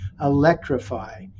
electrify